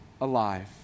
alive